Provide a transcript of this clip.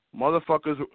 Motherfuckers